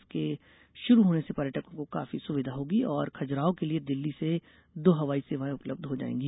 इसके शुरू होने से पर्यटकों को काफी सुविधा होगी और खुजराहों के लिये दिल्ली से दो हवाई सेवाएं उपलब्ध हो जाएगी